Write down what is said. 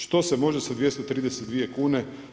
Što se može sa 232 kune?